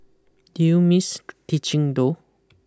do you miss teaching though